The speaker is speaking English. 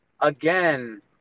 again